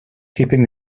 keeping